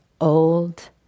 old